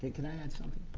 can i add something?